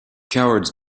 cowards